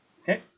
Okay